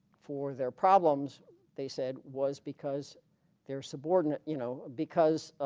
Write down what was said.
for their problems they said was because their subordinate you know because